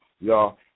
y'all